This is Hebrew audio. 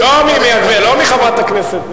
לא מחברת הכנסת,